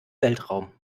weltraum